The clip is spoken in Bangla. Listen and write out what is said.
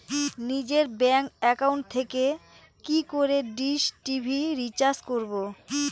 নিজের ব্যাংক একাউন্ট থেকে কি করে ডিশ টি.ভি রিচার্জ করবো?